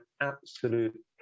absolute